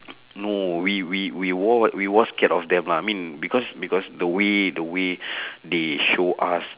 no we we we were we were scared of them ah because because the way the way they show us